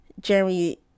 Jeremy